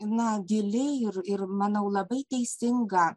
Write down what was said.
na gili ir ir manau labai teisinga